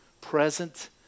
present